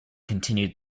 continued